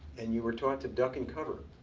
and you were taught to duck and cover.